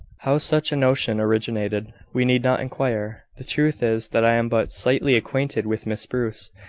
how such a notion originated, we need not inquire. the truth is, that i am but slightly acquainted with miss bruce,